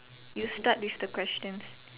you start with the questions